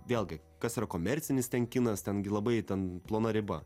vėlgi kas yra komercinis ten kinas ten gi labai ten plona riba